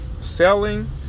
Selling